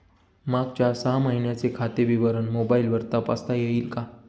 मागच्या सहा महिन्यांचे खाते विवरण मोबाइलवर तपासता येईल का?